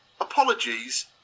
apologies